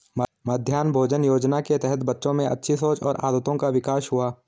मध्याह्न भोजन योजना के तहत बच्चों में अच्छी सोच और आदतों का विकास हुआ